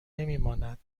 نمیماند